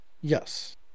Yes